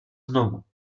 znovu